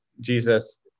jesus